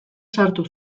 sartu